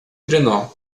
trenó